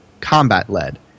combat-led